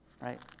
right